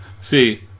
See